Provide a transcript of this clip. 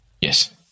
yes